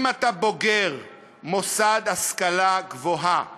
אם אתה בוגר מוסד השכלה גבוהה בגליל,